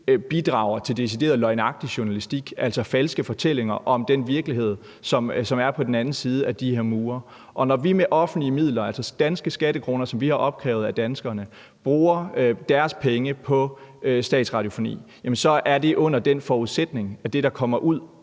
bidrager til decideret løgnagtig journalistik, altså falske fortællinger om den virkelighed, som er på den anden side af de her mure. Og når vi bruger offentlige midler, altså danske skattekroner, som vi har opkrævet af danskerne, og altså bruger deres penge på statsradiofonien, er det under den forudsætning, at det, der kommer ud